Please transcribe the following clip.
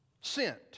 Sent